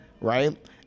right